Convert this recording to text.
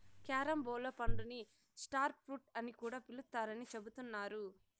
carambola పండుని star fruit అని కూడా పిలుత్తారని చెబుతున్నారు